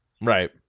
Right